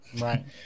right